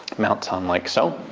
mounts on like so.